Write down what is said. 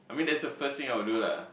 I mean that's the first time I would do lah